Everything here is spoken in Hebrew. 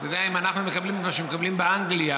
באנגליה,